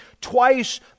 Twice